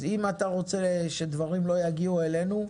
אם אתה רוצה שדברים לא יגיעו אלינו,